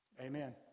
Amen